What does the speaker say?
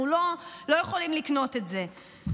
אנחנו לא יכולים לקנות את זה.